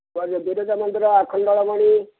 କୁଆଡେ ଯିବ ବିରଜା ମନ୍ଦିର ଆଖଣ୍ଡଳମଣି